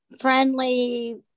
friendly